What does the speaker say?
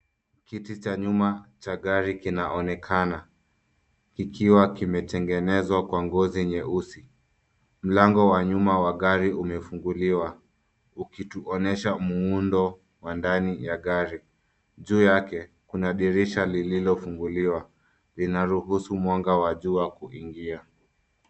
Kiti cha nyuma ya gari kinaonekana kikiwa kimetengenezwa kwa ngozi nyeusi. Mlango wa nyuma ya gari umefunguliwa ukituonyesha muundo wa ndani ya gari. Juu yake kuna dirisha lililofunguliwa, linaruhusu mwanga wa jua kuingia.